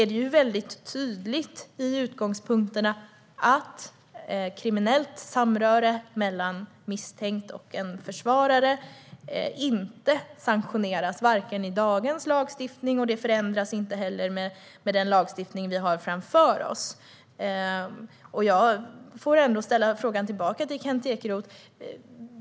Det är tydligt i utgångspunkterna att kriminellt samröre mellan misstänkt och försvarare inte sanktioneras. Det gäller i dagens lagstiftning, och det förändras inte heller med den lagstiftning vi har framför oss. Jag ställer frågan tillbaka till Kent Ekeroth.